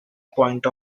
point